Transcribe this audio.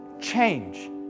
change